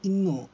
ಇನ್ನೂ